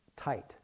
tight